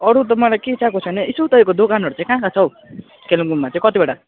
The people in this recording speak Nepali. अरू त मलाई केही चाहिएको छैन यसो तपाईँको दोकानहरू चाहिँ कहाँ कहाँ छ हौ कालिम्पोङमा चाहिँ कतिवटा